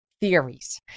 theories